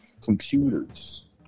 computers